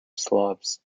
slavs